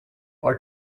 are